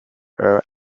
her